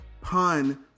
pun